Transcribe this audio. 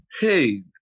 hey